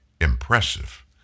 impressive